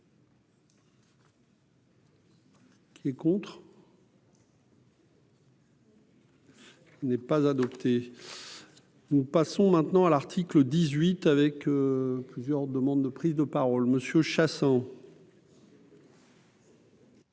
Qui est contre. N'est pas adopté. Nous passons maintenant à l'article dix-huit avec plusieurs demandes de prise de parole Monsieur Chassang.